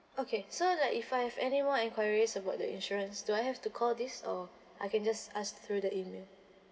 okay so like if I have any more enquiries about the insurance do I have to call this or I can just ask through the email